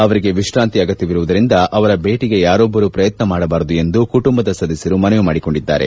ಅವರಿಗೆ ವಿಶ್ರಾಂತಿ ಅಗತ್ತವಿರುವುದರಿಂದ ಅವರ ಭೇಟಿಗೆ ಯಾರೊಬ್ಬರೂ ಪ್ರಯತ್ನ ಮಾಡಬಾರದು ಎಂದು ಕುಟುಂಬದ ಸದಸ್ಯರು ಮನವಿ ಮಾಡಿಕೊಂಡಿದ್ದಾರೆ